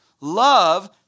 Love